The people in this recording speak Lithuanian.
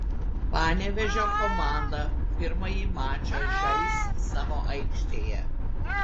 panevėžio komanda pirmąjį mačą žais savo aikštėje